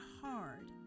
hard